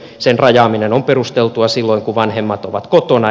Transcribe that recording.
sen rajaaminen on perusteltua silloin kun vanhemmat ovat kotona